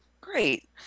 Great